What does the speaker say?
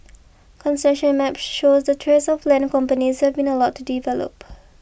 concession maps show the tracts of land companies have been allowed to develop